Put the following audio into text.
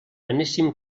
anéssim